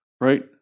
right